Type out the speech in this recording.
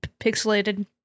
pixelated